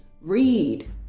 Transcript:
read